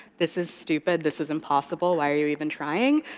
this is stupid, this is impossible, why are you even trying?